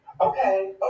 Okay